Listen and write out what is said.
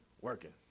working